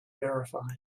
verified